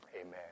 amen